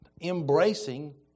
embracing